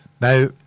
Now